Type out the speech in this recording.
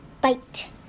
bite